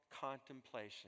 contemplation